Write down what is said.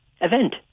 event